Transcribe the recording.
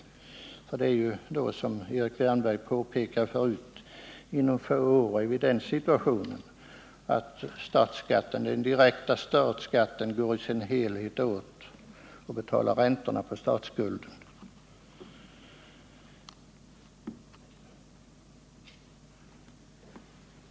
Inom några få år befinner vi oss annars, som Erik Wärnberg påpekade här tidigare, i den situationen att den direkta statsskatten i sin helhet går åt till att betala räntan på statsskulden.